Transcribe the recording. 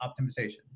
Optimization